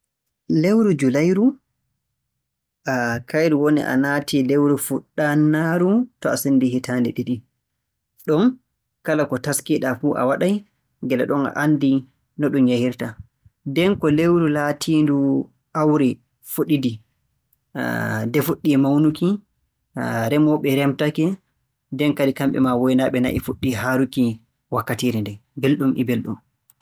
Lewru Julayru kayru woni a naati lewru fuɗɗannaaru so a senndii hitaande ɗiɗi. Ɗum kala ko taskii-ɗaa fuu a waɗay gila ɗon a anndii no ɗum yahirta. Nden ko lewru laatiindu aawre fuɗindii, nde fuɗɗii mawnuki, remooɓe remtake, nden kadi kamɓe waynaaɓe na'i puɗɗii haaruki wakkatiire nden.